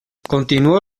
continuó